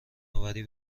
آوری